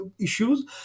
issues